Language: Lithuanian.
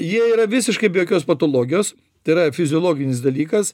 jie yra visiškai be jokios patologijos tai yra fiziologinis dalykas